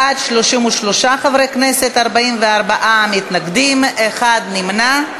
בעד, 33 חברי כנסת, 44 מתנגדים, אחד נמנע.